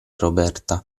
roberta